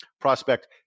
prospect